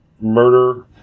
murder